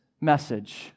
message